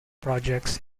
projects